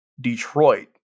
Detroit